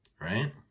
right